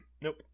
Nope